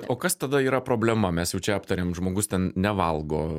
o kas tada yra problema mes jau čia aptarėm žmogus ten nevalgo